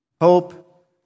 Hope